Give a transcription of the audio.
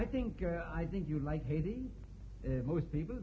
i think i think you like haiti most people